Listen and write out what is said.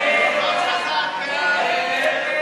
ההסתייגות (38)